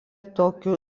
tokiu